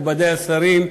מכובדי השרים,